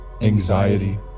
anxiety